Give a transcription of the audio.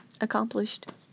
accomplished